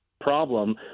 problem